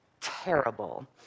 terrible